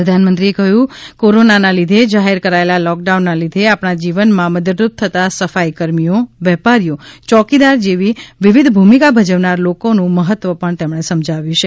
પ્રધાનમંત્રીએ કહ્યું કે કોરોનાના લીધે જાહેર કરાચેલા લોકડાઉનના લીધે આપણા જીવનમાં મદદરૂપ થતાં સફાઇ કર્મીઓ વેપારીઓ ચોકીદાર જેવી વિવિધ ભૂમિકા ભજવનાર લોકોનું મહત્વ સહુને સમજાવ્યું છે